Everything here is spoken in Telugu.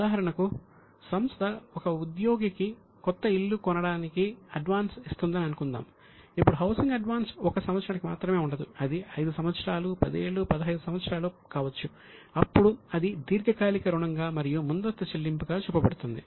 ఉదాహరణకు సంస్థ ఒక ఉద్యోగికి కొత్త ఇల్లు కొనడానికి అడ్వాన్స్ ఇస్తుందని అనుకుందాం ఇప్పుడు హౌసింగ్ అడ్వాన్స్ ఒక సంవత్సరానికి మాత్రమే ఉండదు అది 5 సంవత్సరాలు పదేళ్ళు 15 సంవత్సరాలు కావచ్చు అప్పుడు అది దీర్ఘకాలిక రుణంగా మరియు ముందస్తు చెల్లింపు గా చూపబడుతుంది